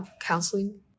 counseling